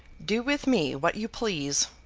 do with me what you please